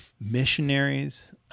Missionaries